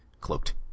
cloaked